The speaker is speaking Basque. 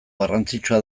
garrantzitsua